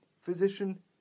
physician